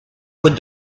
with